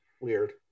weird